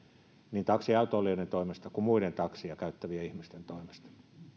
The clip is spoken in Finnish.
niin taksiautoilijoiden toimesta kuin muiden taksia käyttävien ihmisten toimesta